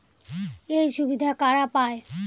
এই সুবিধা কারা পায়?